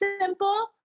simple